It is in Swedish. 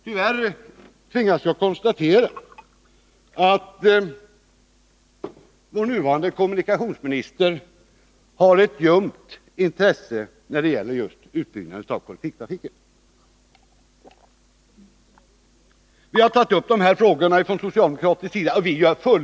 Tyvärr tvingas jag konstatera att vår nuvarande kommunikationsminister har ett ljumt intresse för utbyggnaden av kollektivtrafiken. Vi har från socialdemokratisk sida tagit upp de här frågorna.